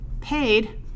paid